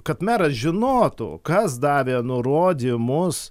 kad meras žinotų kas davė nurodymus